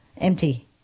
Empty